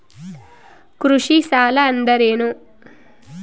ಕೃಷಿ ಸಾಲ ಅಂದರೇನು?